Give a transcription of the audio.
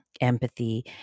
empathy